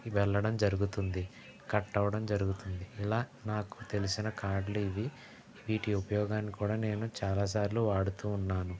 వెళ్లడం జరుగుతుంది కట్ అవడం జరుగుతుంది ఇలా నాకు తెలిసిన కార్డ్లివి వీటి ఉపయోగాన్ని కూడా నేను చాలసార్లు వాడుతూ ఉన్నాను